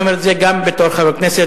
אני אומר את זה גם בתור חבר כנסת,